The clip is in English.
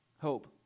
hope